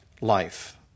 life